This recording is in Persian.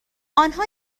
آنها